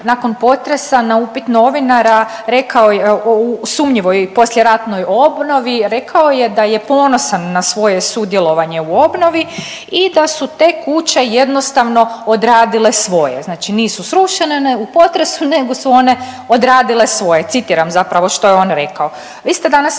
nakon potresa na upit novinara rekao je o sumnjivoj poslijeratnoj obnovi, rekao je da je „ponosan na svoje sudjelovanje u obnovi i da su te kuće jednostavno odradile svoje“, znači nisu srušene u potresu nego su one odradile svoje, citiram zapravo što je on rekao.